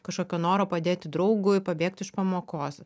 kažkokio noro padėti draugui pabėgti iš pamokos